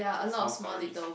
small stories